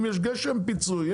אם יש גשם פיצוי,